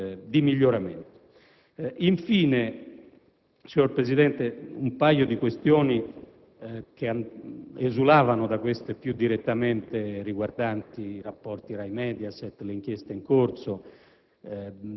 di miglioramento. Infine, signor Presidente, sono state poste un paio di questioni che esulavano da quelle più direttamente riguardanti i rapporti RAI-Mediaset, le inchieste in corso,